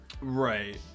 Right